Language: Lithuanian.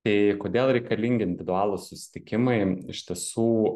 tai kodėl reikalingi individualūs susitikimai iš tiesų